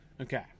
Okay